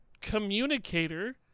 communicator